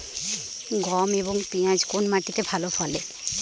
গম এবং পিয়াজ কোন মাটি তে ভালো ফলে?